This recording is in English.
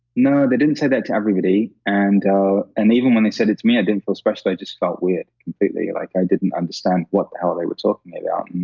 no, they didn't say that to everybody. and and even when they said it to me, i didn't feel special, i just felt weird completely. like, i didn't understand what the hell they were talking about.